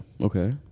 okay